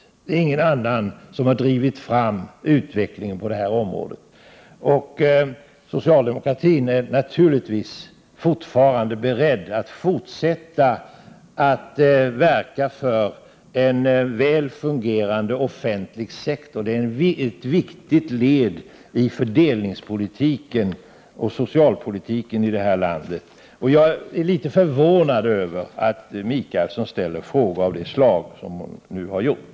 Det är ingen annan som har drivit fram utvecklingen på det här området. Socialdemokratin är naturligtvis fortfarande beredd att fortsätta att verka för den väl fungerande offentliga sektorn. Den är ett viktigt led i fördelningspolitiken och socialpolitiken i det här landet. Jag är litet förvånad över att Maggi Mikaelsson ställer frågor av det slag som hon nu har gjort.